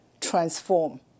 transform